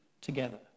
together